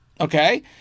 okay